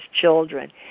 children